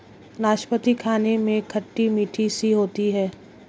नाशपती खाने में खट्टी मिट्ठी सी होती है